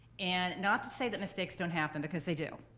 and not to say that mistakes don't happen, because they do.